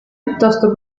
piuttosto